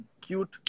cute